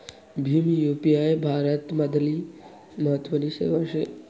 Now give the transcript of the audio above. Bhim UPI भारतमझारली महत्वनी सेवा शे